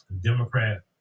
Democrat